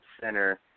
center